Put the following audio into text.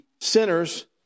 sinners